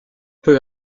peu